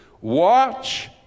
Watch